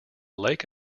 lake